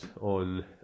on